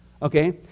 Okay